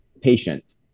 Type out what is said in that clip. patient